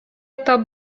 тап